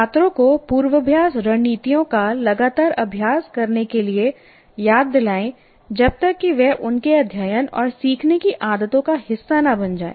छात्रों को पूर्वाभ्यास रणनीतियों का लगातार अभ्यास करने के लिए याद दिलाएं जब तक कि वे उनके अध्ययन और सीखने की आदतों का हिस्सा न बन जाएं